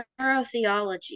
neurotheology